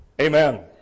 Amen